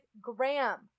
Graham